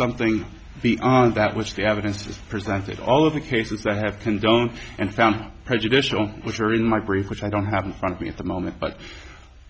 something beyond that which the evidence is presented all of the cases that have condoned and found prejudicial which are in my brief which i don't have in front of me at the moment but